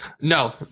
No